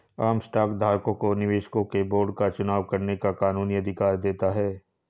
आम स्टॉक धारकों को निर्देशकों के बोर्ड का चुनाव करने का कानूनी अधिकार देता है